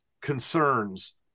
concerns